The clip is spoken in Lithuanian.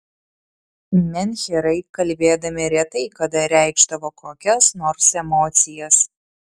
menhyrai kalbėdami retai kada reikšdavo kokias nors emocijas